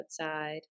outside